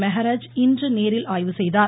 மெஹராஜ் இன்று நேரில் ஆய்வு செய்தார்